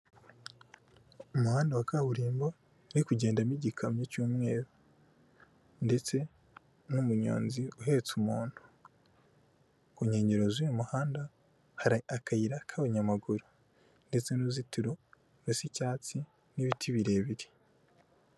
Umuhanda wa kaburimbo uri kugendamo igikamyo cy'umweru ndetse n'umunyonzi uhetse umuntu. Ku nkengero z'uyu muhanda, hari akayira k'abanyamaguru ndetse n'uruzitiro rusa icyatsi n'ibiti birebire.